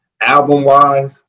album-wise